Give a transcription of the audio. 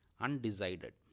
undecided